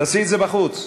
תעשי את זה בחוץ.